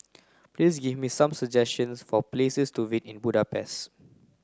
please give me some suggestions for places to visit in Budapest